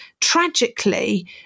tragically